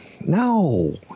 No